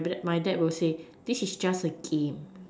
my dad will say this is just a game